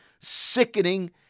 sickening